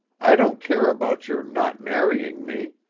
i don't care about your not marrying me.